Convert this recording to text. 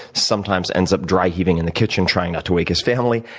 sometimes ends up dry-heaving in the kitchen trying not to wake his family,